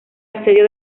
asedio